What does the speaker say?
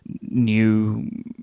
new